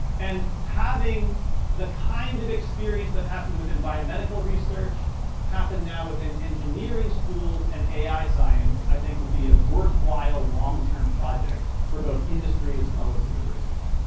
and having the kind of a experience that happened within biomedical research happened now within engineering schools and ai science, i think would be a worthwhile long term project for both industry as well as the universities.